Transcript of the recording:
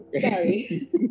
sorry